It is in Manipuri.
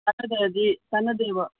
ꯀꯥꯟꯅꯗ꯭ꯔꯗꯤ ꯀꯥꯟꯅꯗꯦꯕ